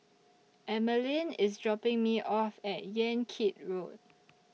Emeline IS dropping Me off At Yan Kit Road